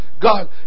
God